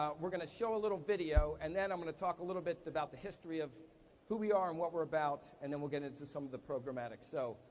we're gonna show a little video, and then i'm gonna talk a little bit about the history of who we are and what we're about, and then we'll get into some of the programmatics. so,